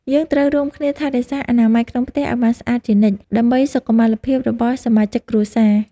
យើងត្រូវរួមគ្នាថែរក្សាអនាម័យក្នុងផ្ទះឱ្យបានស្អាតជានិច្ច ដើម្បីសុខុមាលភាពរបស់សមាជិកគ្រួសារ។